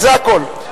זה הכול.